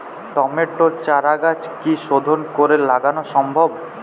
টমেটোর চারাগাছ কি শোধন করে লাগানো সম্ভব?